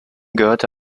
gehörte